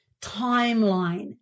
timeline